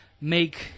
make